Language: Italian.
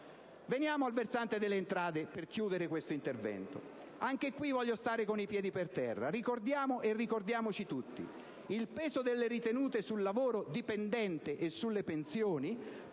Veniamo al versante delle entrate, per chiudere questo intervento, e anche qui voglio restare con i piedi per terra. Ricordiamo tutti che il peso delle ritenute sul lavoro dipendente e sulle pensioni